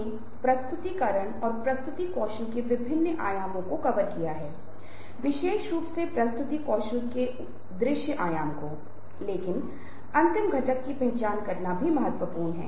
यह बहुत बड़ा क्षेत्र है और यदि आप इसके बारे में 30 मिनट में बोलना संभव नहीं है